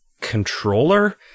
controller